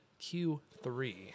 Q3